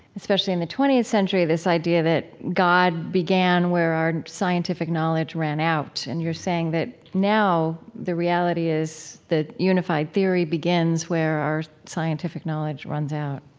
especially in the twentieth century, this idea that god began where our scientific knowledge ran out. and you're saying that now the reality is that unified theory begins where our scientific knowledge runs out